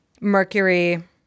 Mercury